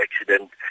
accident